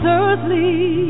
earthly